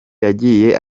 yagiye